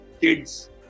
kids